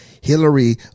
Hillary